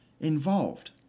involved